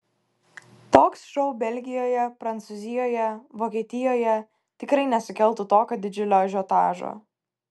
toks šou belgijoje prancūzijoje vokietijoje tikrai nesukeltų tokio didžiulio ažiotažo